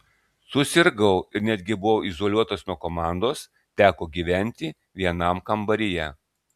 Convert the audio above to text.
susirgau ir netgi buvau izoliuotas nuo komandos teko gyventi vienam kambaryje